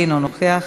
אינו נוכח,